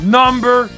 number